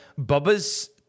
Bubba's